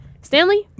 stanley